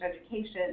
education